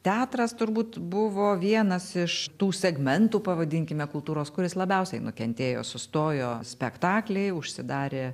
teatras turbūt buvo vienas iš tų segmentų pavadinkime kultūros kuris labiausiai nukentėjo sustojo spektakliai užsidarė